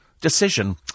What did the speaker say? decision